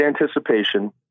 anticipation